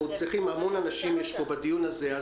אנחנו רוצים לשמוע המון אנשים בדיון הזה.